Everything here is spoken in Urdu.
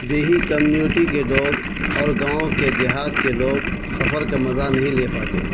دیہی کمیونٹی کے لوگ اور گاؤں کے دیہات کے لوگ سفر کا مزہ نہیں لے پاتے